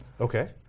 Okay